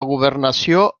governació